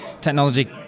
technology